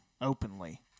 openly